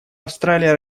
австралия